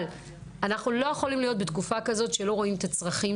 אבל אנחנו לא יכולים להיות בתקופה כזו שלא רואים את הצרכים